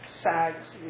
SAGS